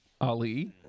Ali